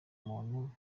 bantu